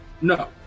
No